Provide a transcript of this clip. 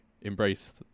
embrace